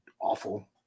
awful –